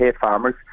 Farmers